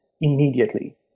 immediately